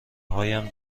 هایم